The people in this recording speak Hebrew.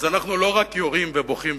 אז אנחנו לא רק יורים ובוכים.